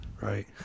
right